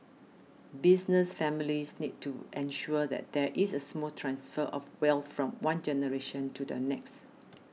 business families need to ensure that there is a smooth transfer of wealth from one generation to the next